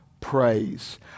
praise